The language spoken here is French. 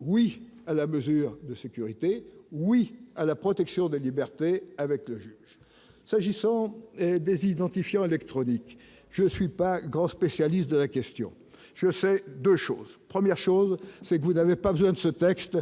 oui à la mesure de sécurité, oui à la protection des libertés avec le s'agissant des identifiants électroniques je suis pas grand spécialiste de la question, je sais, 2 choses, première chose, c'est que vous n'avez pas besoin de ce texte,